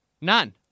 None